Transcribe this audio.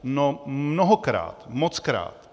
No mnohokrát, mockrát.